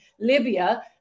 libya